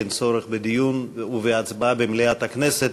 אין צורך בדיון או בהצבעה במליאת הכנסת.